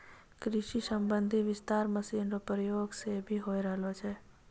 कृषि संबंधी विस्तार मशीन रो प्रयोग से भी होय रहलो छै